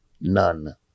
None